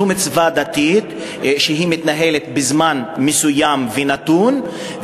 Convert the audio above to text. זו מצווה דתית שמתנהלת בזמן מסוים ונתון,